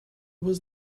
was